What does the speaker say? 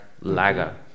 lager